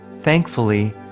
Thankfully